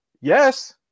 Yes